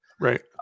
Right